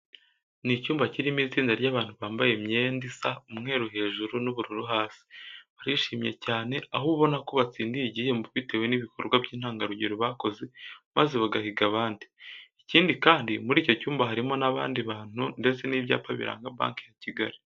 Ni icyumba kirimo itsinda ry'abantu bambaye imyenda isa umweru hejuru n'ubururu hasi. Barishimye cyane, aho ubona ko batsindiye igihembo bitewe n'ibikorwa by'intangarugero bakoze maze bagahiga abandi. Ikindi kandi, muri icyo cyumba harimo n'abandi bantu ndetse n'ibyapa biranga Banki ya Kigali.